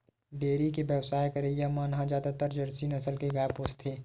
dairy के बेवसाय करइया मन ह जादातर जरसी नसल के गाय पोसथे